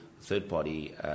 third-party